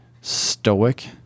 stoic